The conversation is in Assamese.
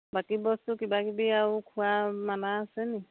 বাকী বস্তু কিবাকিবি আৰু খোৱা মানা আছে নেকি